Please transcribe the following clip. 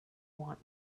want